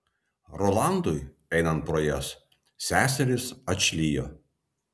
rolandui einant pro jas seserys atšlijo